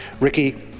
Ricky